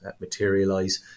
materialize